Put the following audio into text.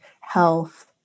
health